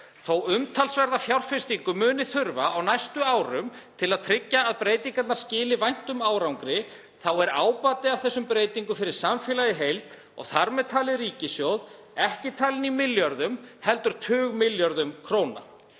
að umtalsverða fjárfestingu muni þurfa á næstu árum til að tryggja að breytingarnar skili væntum árangri er ábati af þessum breytingum fyrir samfélagið í heild og þar með talið ríkissjóð ekki talinn í milljörðum heldur tugmilljörðum króna.